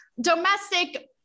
domestic